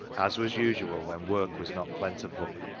as was usual when work was not plentiful.